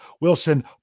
Wilson